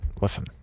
listen